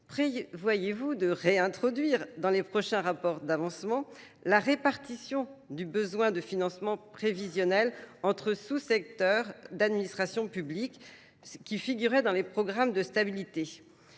Voyez-vous de réintroduire dans les prochains rapports d'avancement la répartition du besoin de financement prévisionnel entre sous-secteurs d'administration publique qui figurent dans les programmes de stabilité ?